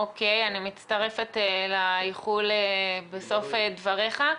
אוקיי, אני מצטרפת לאיחול בסוף דבריך.